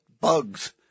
bugs